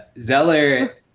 Zeller